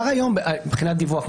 מבחינת דיווח,